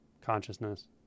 Consciousness